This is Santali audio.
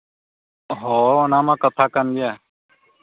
ᱦᱮᱸ ᱚᱱᱟ ᱢᱟ ᱠᱟᱛᱷᱟ ᱠᱟᱱ ᱜᱮᱭᱟ